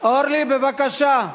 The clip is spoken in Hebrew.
אורלי, בבקשה.